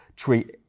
Treat